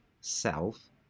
self